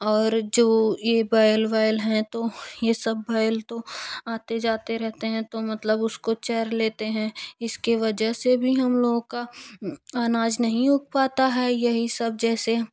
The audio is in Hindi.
और जो यह बैल वैल है तो यह सब भेल तो आते जाते रहते हैं तो मतलब उसको चार लेते हैं इसके वजह से भी हम लोगों का अनाज नहीं उग पता है यही सब जैसे